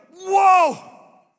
whoa